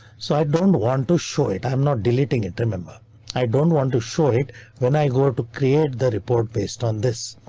so, i don't want to show it. i'm not deleting it. remember i don't want to show it when i go to create the report based on this,